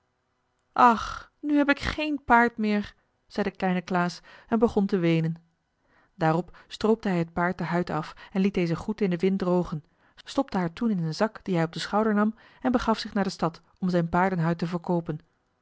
ach nu heb ik geen paard meer zei de kleine klaas en begon te weenen daarop stroopte hij het paard de huid af en liet deze goed in den wind drogen stopte haar toen in een zak dien hij op den schouder nam en begaf zich naar de stad om zijn paardenhuid te verkoopen